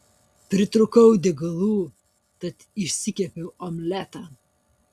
pritrūkau degalų tad išsikepiau omletą